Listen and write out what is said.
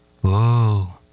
Whoa